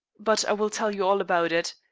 but i will tell you all about it.